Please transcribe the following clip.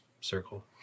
circle